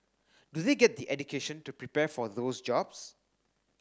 do they get the education to prepare for those jobs